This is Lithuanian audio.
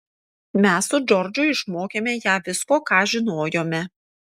mes su džordžu išmokėme ją visko ką žinojome